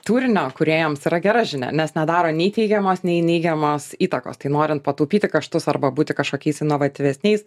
turinio kūrėjams yra gera žinia nes nedaro nei teigiamos nei neigiamos įtakos tai norint pataupyti kaštus arba būti kažkokiais inovatyvesniais